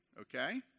Okay